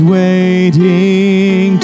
waiting